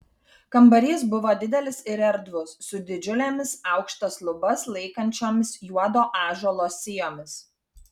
kambarys buvo didelis ir erdvus su didžiulėmis aukštas lubas laikančiomis juodo ąžuolo sijomis